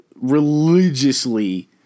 religiously